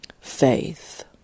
faith